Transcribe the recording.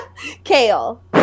Kale